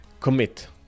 commit